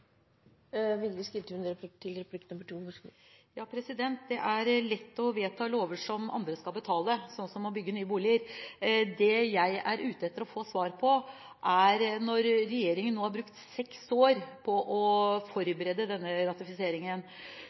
til å være likeverdig. Det er lett å vedta lover som andre skal betale, slik som å bygge nye boliger. Det jeg er ute etter å få svar på, går på at når regjeringen nå har brukt seks år på å forberede denne ratifiseringen,